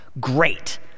great